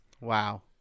Wow